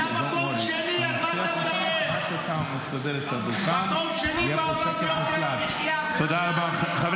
אתם תצביעו כאן מחר על ארבעה חוקים בקריאה שנייה